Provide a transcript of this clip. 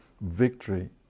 victory